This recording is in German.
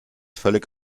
völlig